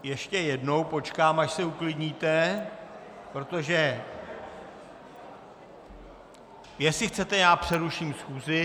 Ještě jednou počkám, až se uklidníte, protože jestli chcete, přeruším schůzi.